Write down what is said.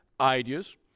ideas